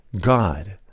God